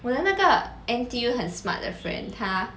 我连那个 N_T_U 很 smart 的 friend 他